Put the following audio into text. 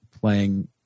playing